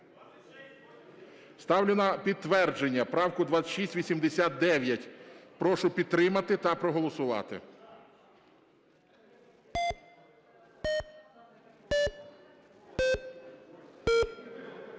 Ставлю на підтвердження правку 2689. Прошу підтримати та проголосувати. 00:36:03